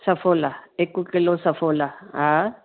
सफ़ॉला हिक kilo Saffola हा